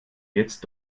jetzt